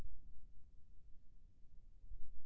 गेहूं बोए के पहेली का का करबो?